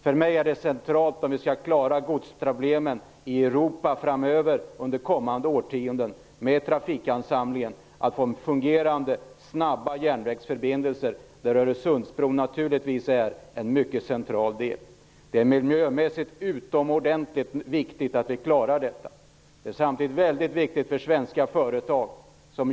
För mig är det centralt att vi, om vi skall klara godsproblemen och trafikansamlingen i Europa under kommande årtionden, får fungerande, snabba järnvägsförbindelser. Öresundsbron är naturligtvis en mycket central del i detta. Det är miljömässigt utomordentligt viktigt att vi klarar detta. Det är samtidigt väldigt viktigt för svenska företag.